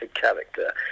character